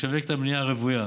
לשווק את הבנייה הרוויה.